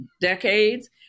decades